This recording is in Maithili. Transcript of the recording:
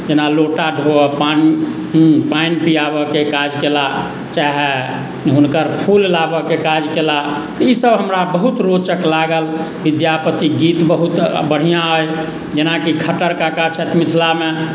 जेना लोटा धोअ हँ पानि पानि पियाबयके काज केलाह चाहे हुनकर फूल लाबयके काज केलाह ई सभ हमरा बहुत रोचक लागल विद्यापतिक गीत बहुत बढ़िआँ अइ जेनाकि खट्टर काका छथि मिथिलामे